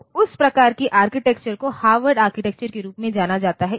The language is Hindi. तो उस प्रकार की आर्किटेक्चर को हार्वर्ड आर्किटेक्चर के रूप में जाना जाता है